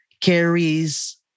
carries